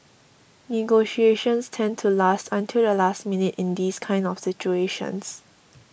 negotiations tend to last until the last minute in these kind of situations